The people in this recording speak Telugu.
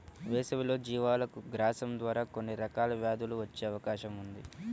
వేసవిలో జీవాలకు గ్రాసం ద్వారా కొన్ని రకాల వ్యాధులు వచ్చే అవకాశం ఉంది